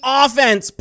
offense